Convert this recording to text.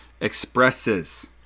expresses